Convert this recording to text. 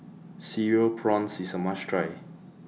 Cereal Prawns IS A must Try